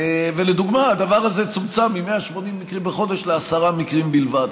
והדבר הזה צומצם מ-180 מקרים בחודש ל-10 מקרים בלבד.